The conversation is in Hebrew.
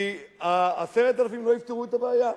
כי ה-10,000 לא יפתרו את הבעיה,